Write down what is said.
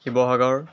Sivasagar